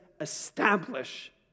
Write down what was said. establish